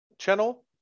channel